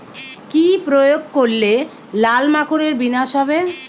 কি প্রয়োগ করলে লাল মাকড়ের বিনাশ হবে?